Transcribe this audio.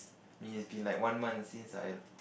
may has been like one month since I